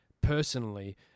personally